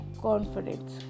confidence